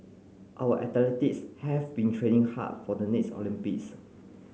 our athletes have been training hard for the next Olympics